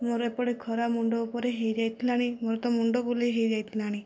ମୋର ଏପଟେ ଖରା ମୁଣ୍ଡ ଉପରେ ହେଇଯାଇଥିଲାଣି ମୋର ତ ମୁଣ୍ଡ ବୁଲେଇ ହେଇଯାଇଥିଲାଣି